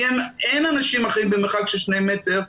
כי אם אין אנשים אחרים במרחק של שני מטרים,